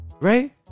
Right